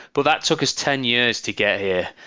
but that took us ten years to get here.